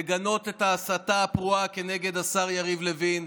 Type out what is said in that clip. לגנות את ההסתה הפרועה כנגד השר יריב לוין.